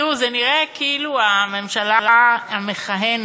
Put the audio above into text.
תראו, זה נראה כאילו הממשלה המכהנת